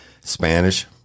Spanish